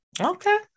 Okay